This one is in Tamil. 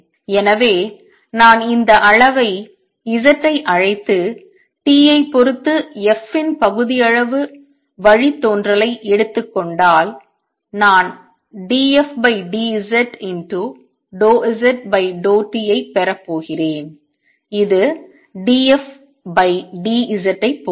எனவே நான் இந்த அளவை z ஐ அழைத்து t ஐப் பொறுத்து f இன் பகுதியளவு வழித்தோன்றலை எடுத்துக் கொண்டால் நான் dfdz∂z∂t ஐப் பெறப் போகிறேன் இது dfdzஐப் போன்றது